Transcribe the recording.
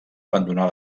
abandonar